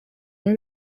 muri